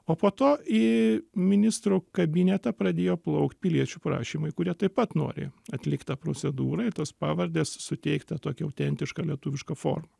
o po to į ministrų kabinetą pradėjo plaukt piliečių prašymai kurie taip pat nori atlikt tą procedūrą ir tas pavardes suteikt tą tokią autentišką lietuvišką formą